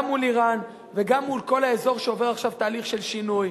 גם מול אירן וגם מול כל האזור שעובר עכשיו תהליך של שינוי.